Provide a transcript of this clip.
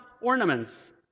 ornaments